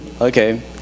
Okay